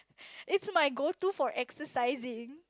it's my go to for exercising